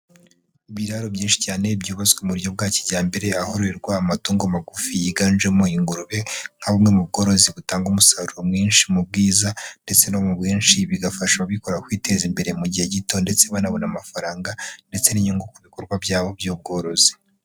Ibiraro byinshi cyane byubatswe mu buryo bwa kijyambere, ahororerwa amatungo magufi yiganjemo ingurube nka bumwe mu bworozi butanga umusaruro mwinshi mu bwiza ndetse no mu bwinshi, bigafasha ababikora kwiteza imbere mu gihe gito ndetse banabona amafaranga ndetse n'inyungu ku bikorwa byabo by'ubworozi.